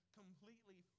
completely